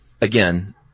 again